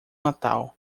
natal